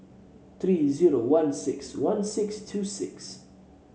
three zero one six one six two six